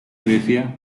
grecia